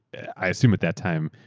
i assume at that time,